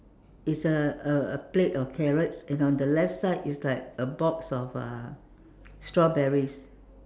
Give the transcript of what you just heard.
it's a a plate of carrots and on the left side is like a box of uh strawberries